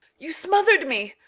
you smothered me.